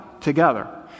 together